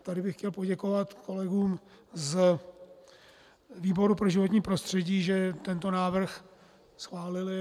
Tady bych chtěl poděkovat kolegům z výboru pro životní prostředí, že tento návrh schválili.